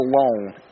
alone